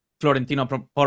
Florentino